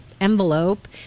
envelope